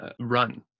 run